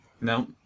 No